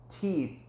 teeth